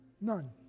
None